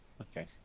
Okay